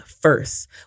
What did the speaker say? first